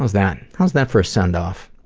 how's that? how's that for a send-off?